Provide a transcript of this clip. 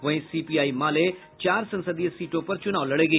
वहीं सीपीआई माले चार संसदीय सीटों पर चुनाव लड़ेगी